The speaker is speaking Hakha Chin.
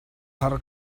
har